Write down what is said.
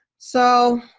so